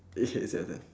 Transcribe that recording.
okay it's your turn